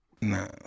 Nah